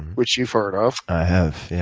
which you've heard of. i have. yeah